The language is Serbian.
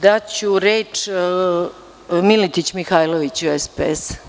Daću reč Miletić Mihajloviću, SPS.